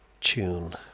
tune